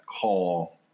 call